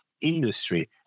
industry